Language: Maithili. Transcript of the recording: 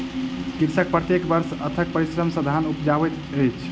कृषक प्रत्येक वर्ष अथक परिश्रम सॅ धान उपजाबैत अछि